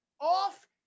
off